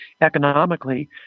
economically